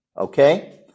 okay